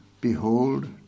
behold